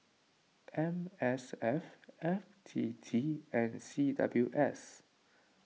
M S F F T T and C W S